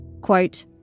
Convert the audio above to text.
Quote